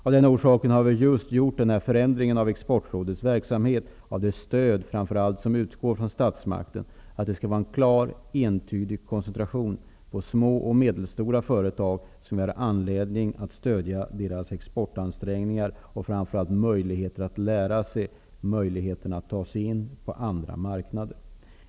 Av den orsaken har vi just genomfört en förändring av Exportrådets verksamhet och av det stöd som utgår från framför allt statsmakten. Det det skall ske en klar och entydig koncentration till små och medelstora företag, vilkas exportansträngningar vi har anledning att stödja. De skall framför allt få möjligheter att lära sig hur man kommer in på andra marknader.